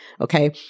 okay